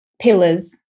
pillars